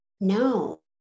No